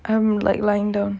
I'm like lying down